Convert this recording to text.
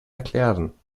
erklären